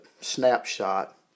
snapshot